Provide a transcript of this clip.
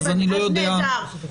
נהדר.